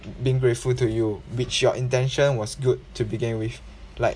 being grateful to you which your intention was good to begin with like